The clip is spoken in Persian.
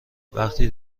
وقتی